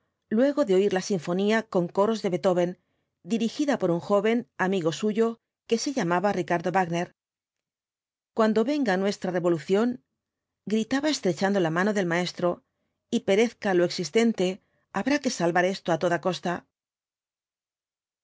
luego de oir la sinfonía con coros de beethoven dirigida por un joven amigo suyo que se llamaba ricardo wágner cuando venga nuestra revolución gritaba estrechando la mano del maestro y perezca lo existente habrá que salvar esto á toda costa